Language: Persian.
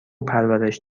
پرورش